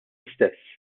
istess